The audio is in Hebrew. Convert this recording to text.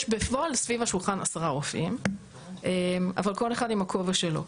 יש בפועל סביב השולחן עשרה רופאים אבל כל אחד עם הכובע שלו.